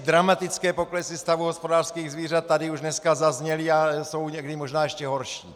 Dramatické poklesy stavu hospodářských zvířat tady už dneska zazněly, jsou někdy možná ještě horší.